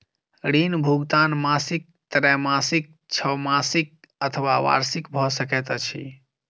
ऋण भुगतान मासिक त्रैमासिक, छौमासिक अथवा वार्षिक भ सकैत अछि